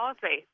policy